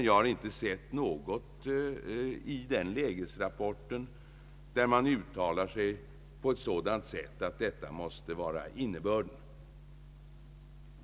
Jag har dock i lägesrapporten inte kunnat finna något som har tytt på detta.